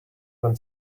when